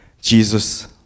Jesus